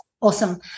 awesome